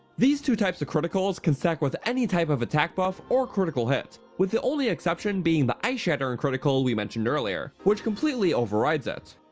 these two types of criticals can stack with any type of attack buff or critical hit with the only exception being ice shattering critical we mentioned earlier, which completely overrides it.